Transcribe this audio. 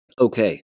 Okay